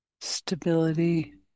stability